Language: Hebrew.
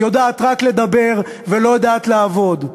יודעת רק לדבר ולא יודעת לעבוד.